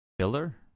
Filler